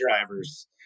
drivers